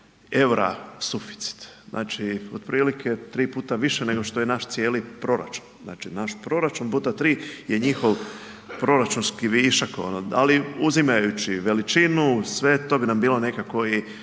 eura suficit. Znači otprilike 3x više nego što je naš cijeli proračun. Znači naš proračun x3 je njihov proračunski višak. Ali uzimajući veličinu, sve to, bi nam bilo nekako i